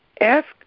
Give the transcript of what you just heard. Ask